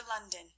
London